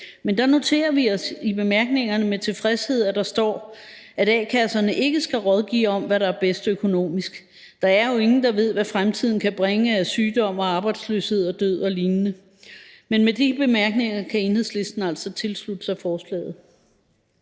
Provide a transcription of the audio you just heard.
men der noterer vi os med tilfredshed, at der står i bemærkningerne, at a-kasserne ikke skal rådgive om, hvad der er bedst økonomisk. Der er jo ingen, der ved, hvad fremtiden kan bringe af sygdom og arbejdsløshed og død og lignende. Men med de bemærkninger kan Enhedslisten altså tilslutte sig forslaget.